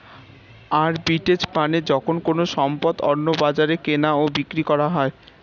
arbitrage মানে যখন কোনো সম্পদ অন্য বাজারে কেনা ও বিক্রি করা হয়